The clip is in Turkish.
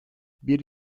bir